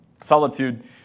Solitude